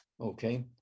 Okay